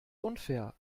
unfair